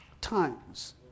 times